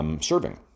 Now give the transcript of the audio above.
Serving